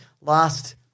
last